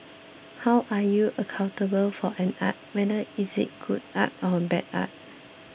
how are you accountable for an art whether is it good art or bad art